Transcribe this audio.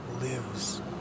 lives